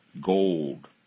gold